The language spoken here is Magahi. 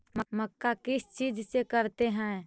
मक्का किस चीज से करते हैं?